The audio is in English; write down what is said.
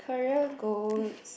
career goals